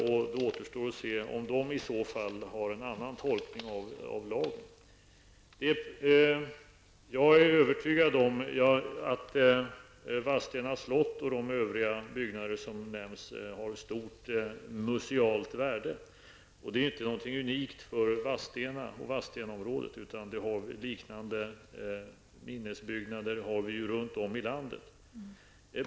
Det återstår i så fall att se om de har en annan tolkning av lagen. Jag är övertygad om att Vadstena slott och de övriga byggnader som nämns har stort musealt värde, och det är inte något unikt för Vadstenaområdet. Liknande minnesbyggnader har vi runt om i landet.